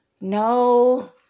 no